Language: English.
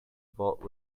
vault